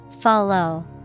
follow